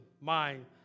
mind